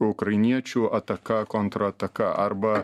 ukrainiečių ataka kontrataka arba